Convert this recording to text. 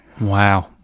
Wow